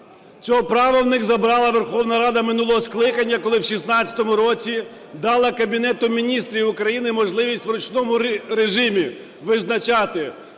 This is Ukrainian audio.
Це право у них забрала Верховна Рада минулого скликання, коли в 16-му році дала Кабінету Міністрів України можливість в ручному режимі визначати